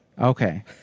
Okay